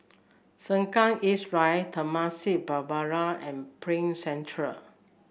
Sengkang East Drive Temasek Boulevard and Prime Centre